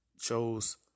chose